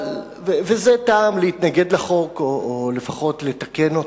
זה טעם להתנגד לחוק או לפחות לתקן אותו.